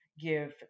give